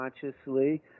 consciously